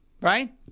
Right